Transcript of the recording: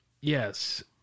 yes